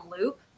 loop